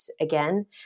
again